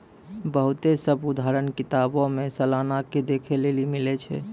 बहुते सभ उदाहरण किताबो मे सलाना के देखै लेली मिलै छै